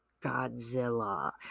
Godzilla